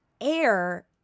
air